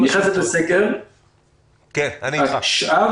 ואילו שאר